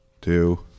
Two